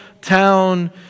town